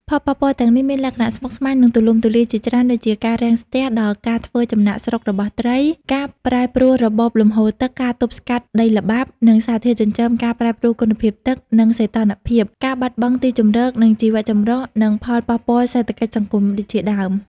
ផលប៉ះពាល់ទាំងនេះមានលក្ខណៈស្មុគស្មាញ និងទូលំទូលាយជាច្រើនដូចជា ការរាំងស្ទះដល់ការធ្វើចំណាកស្រុករបស់ត្រី ការប្រែប្រួលរបបលំហូរទឹក ការទប់ស្កាត់ដីល្បាប់ និងសារធាតុចិញ្ចឹម ការប្រែប្រួលគុណភាពទឹក និងសីតុណ្ហភាព ការបាត់បង់ទីជម្រក និងជីវៈចម្រុះ និងផលប៉ះពាល់សេដ្ឋកិច្ចសង្គមជាដើម។